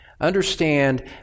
understand